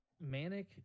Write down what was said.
Manic